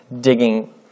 digging